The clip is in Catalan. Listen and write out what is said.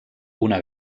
una